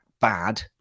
bad